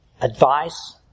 Advice